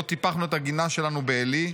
לא טיפחנו את הגינה שלנו בעלי.